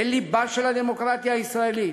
אל לבה של הדמוקרטיה הישראלית.